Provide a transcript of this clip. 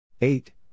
eight